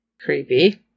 Creepy